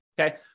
Okay